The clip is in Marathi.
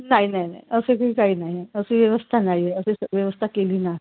नाही नाही नाही असं ही काही नाही आहे अशी व्यवस्था नाही आहे अशी व्यवस्था केली ना